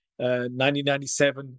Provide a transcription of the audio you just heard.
1997